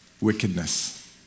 wickedness